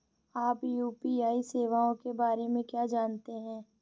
आप यू.पी.आई सेवाओं के बारे में क्या जानते हैं?